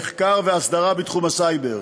מחקר ואסדרה בתחום הסייבר.